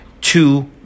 two